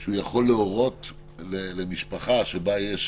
שהוא יכול להורות למשפחה שבה יש